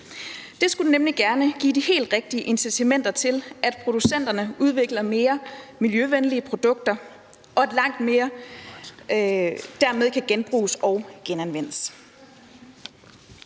Det skulle nemlig gerne give de helt rigtige incitamenter til, at producenterne udvikler mere miljøvenlige produkter, som dermed kan genbruges og genanvendes.